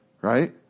right